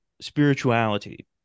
spirituality